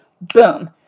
Boom